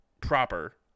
proper